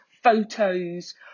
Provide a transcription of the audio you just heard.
photos